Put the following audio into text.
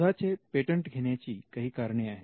शोधाचे पेटंट घेण्याची काही कारणे आहेत